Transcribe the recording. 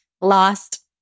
lost